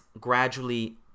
gradually